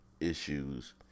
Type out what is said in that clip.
issues